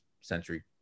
century